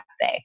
day